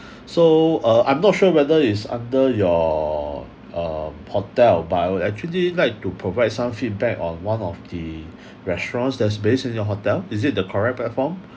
so uh I'm not sure whether is under your uh hotel but I would actually like to provide some feedback on one of the restaurants that's based in your hotel is it the correct platform